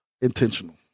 intentional